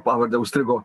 pavardę užstrigo